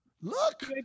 Look